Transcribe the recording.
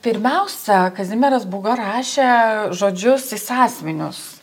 pirmiausia kazimieras būga rašė žodžius į sąsiuvinius